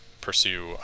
pursue